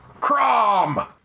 crom